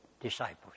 disciples